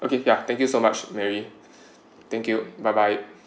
okay yeah thank you so much marry thank you bye bye